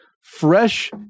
fresh